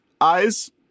eyes